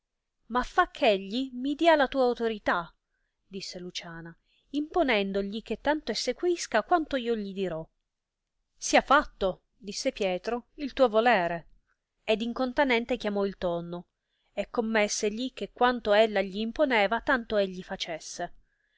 ma fa eh egli mi dia la tua autorità disse luciana imponendogli che tanto essequisca quanto io gli dirò sia fatto disse pietro il tuo volere ed incontanente chiamò il tonno e commessegli che quanto ella gli imponeva tanto egli facesse